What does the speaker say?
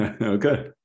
Okay